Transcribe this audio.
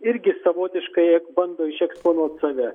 irgi savotiškai bando išeksponuot save